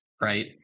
right